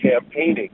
campaigning